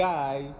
Guy